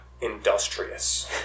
industrious